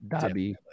Dobby